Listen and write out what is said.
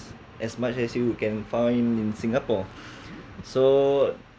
as much as you can find in singapore so